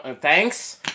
thanks